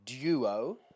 duo